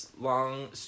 long